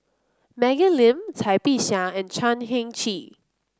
Maggie Lim Cai Bixia and Chan Heng Chee